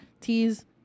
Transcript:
teas